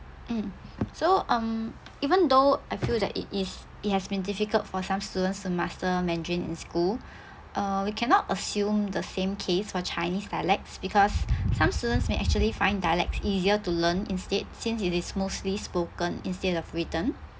mm so um even though I feel that it is it has been difficult for some students to master mandarin in school uh we cannot assume the same case for chinese dialects because some students may actually find dialects easier to learn instead since it is mostly spoken instead of written